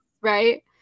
right